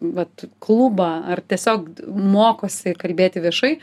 vat klubą ar tiesiog mokosi kalbėti viešai